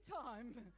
time